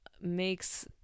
makes